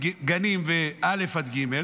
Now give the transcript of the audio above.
גנים וכיתות א' עד ג',